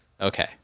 Okay